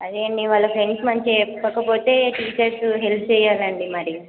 అదే అండి వాళ్ళ ఫ్రెండ్స్ మంచిగా చెప్పకపోతే టీచర్స్ హెల్ప్ చేయాలండి మరి